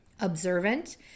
observant